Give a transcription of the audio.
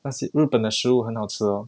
那些日本的食物很好吃 hor